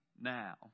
now